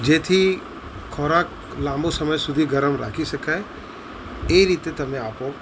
જેથી ખોરાક લાંબો સમય સુધી ગરમ રાખી શકાય એ રીતે તમે આપો